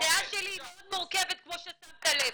הדעה שלי מאוד מורכבת כמו ששמת לב,